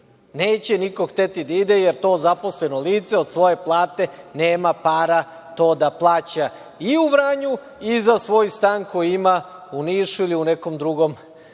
Neće niko hteti da ide, jer to zaposleno lice od svoje plate nema para to da plaća i u Vranju i za svoj stan koji ima u Nišu ili u nekom drugom mestu